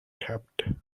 kept